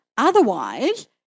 Otherwise